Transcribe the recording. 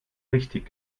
richtig